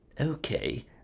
Okay